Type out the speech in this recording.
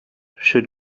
should